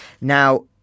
Now